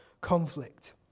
conflict